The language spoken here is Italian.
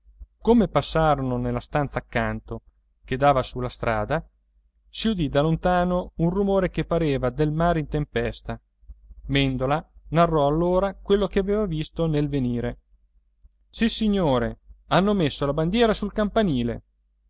come passarono nella stanza accanto che dava sulla strada si udì da lontano un rumore che pareva del mare in tempesta mèndola narrò allora quello che aveva visto nel venire sissignore hanno messo la bandiera sul campanile